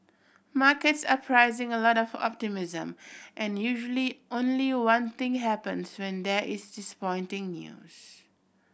markets are pricing a lot of optimism and usually only one thing happens when there is disappointing news